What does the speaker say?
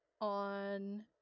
on